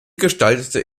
gestaltete